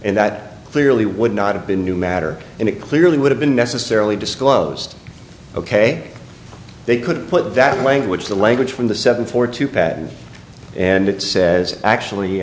and that clearly would not have been new matter and it clearly would have been necessarily disclosed ok they couldn't put that language the language from the seven four two patent and it says actually